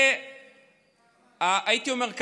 הייתי אומר,